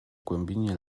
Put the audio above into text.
głębinie